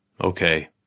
Okay